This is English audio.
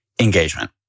engagement